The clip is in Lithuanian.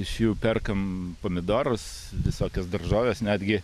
iš jų perkam pomidorus visokias daržoves netgi